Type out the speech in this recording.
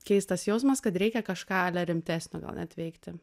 keistas jausmas kad reikia kažką ale rimtesnio gal net veikti